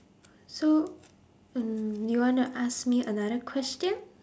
so mm you wanna ask me another question